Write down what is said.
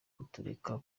kutureka